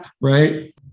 Right